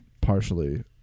partially